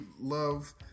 love